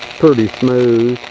pretty smooth.